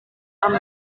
amb